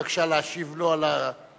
בבקשה להשיב לו על הקומפלימנטים.